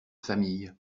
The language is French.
famille